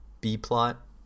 B-plot